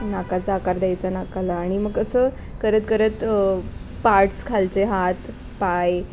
नाकाचा आकार द्यायचा नाकाला आणि मग असं करत करत पार्ट्स खालचे हात पाय